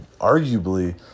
arguably